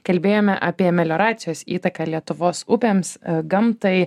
kalbėjome apie melioracijos įtaką lietuvos upėms gamtai